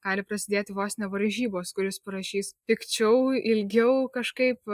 gali prasidėti vos ne varžybos kuris parašys pikčiau ilgiau kažkaip